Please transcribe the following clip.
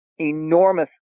enormous